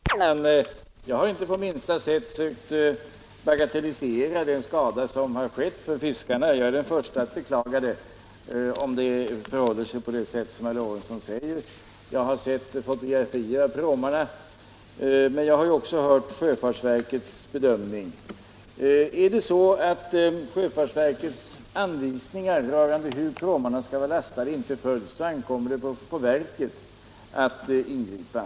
Herr talman! Jag har inte på minsta sätt sökt bagatellisera den skada som skett för fiskarna. Jag är den förste att beklaga, om det förhåller sig på det sätt som herr Lorentzon säger. Jag har sett fotografier av pråmarna, men jag har också hört sjöfartsverkets bedömning. Om sjöfartsverkets anvisningar rörande hur pråmarna skall vara lastade inte följs, ankommer det på verket att ingripa.